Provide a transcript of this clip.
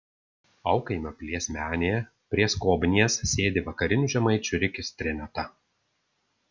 aukaimio pilies menėje prie skobnies sėdi vakarinių žemaičių rikis treniota